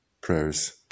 prayers